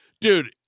Dude